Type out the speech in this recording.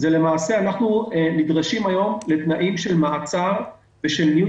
אנחנו נדרשים היום לתנאים של מעצר ושל ניוד